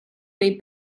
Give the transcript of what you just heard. dei